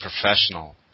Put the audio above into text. professional